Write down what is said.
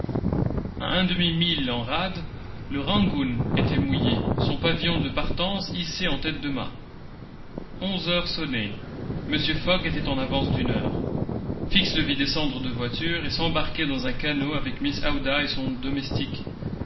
un demi-mille en rade le rangoon était mouillé son pavillon de partance hissé en tête de mât onze heures sonnaient mr fogg était en avance d'une heure fix le vit descendre de voiture et s'embarquer dans un canot avec mrs aouda et son domestique